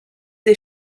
des